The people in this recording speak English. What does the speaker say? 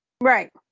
right